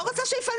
לא רוצה שיפנו.